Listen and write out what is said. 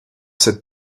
cette